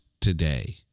today